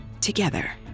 together